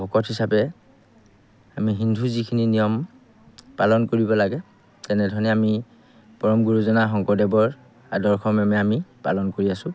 ভকত হিচাপে আমি হিন্দু যিখিনি নিয়ম পালন কৰিব লাগে তেনেধৰণেই আমি পৰম গুৰুজনা শংকৰদেৱৰ আদৰ্শমৰ্মে আমি পালন কৰি আছো